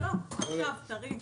לא, עכשיו טרי מהתנור.